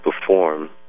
perform